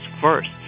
first